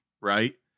right